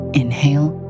inhale